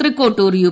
Thrikkottur U